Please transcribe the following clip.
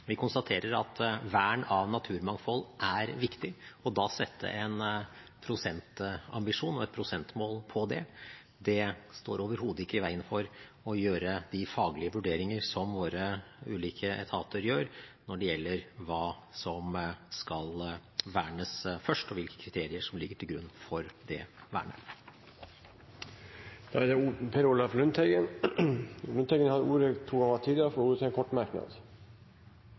Vi konstaterer at vern av naturmangfold er viktig, og å sette en prosentambisjon og et prosentmål på det står overhodet ikke i veien for å gjøre de faglige vurderinger som våre ulike etater gjør når det gjelder hva som skal vernes først, og hvilke kriterier som ligger til grunn for det vernet. Representanten Per Olaf Lundteigen har hatt ordet to ganger tidligere og får ordet til en kort merknad,